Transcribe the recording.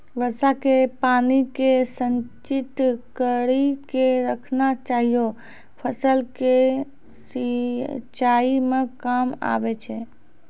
वर्षा के पानी के संचित कड़ी के रखना चाहियौ फ़सल के सिंचाई मे काम आबै छै?